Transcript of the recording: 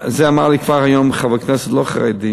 את זה אמר לי כבר היום חבר כנסת לא חרדי,